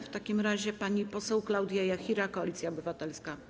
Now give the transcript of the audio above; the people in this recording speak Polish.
W takim razie pani poseł Klaudia Jachira, Koalicja Obywatelska.